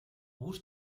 бүр